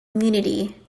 immunity